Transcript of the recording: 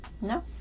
No